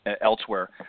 elsewhere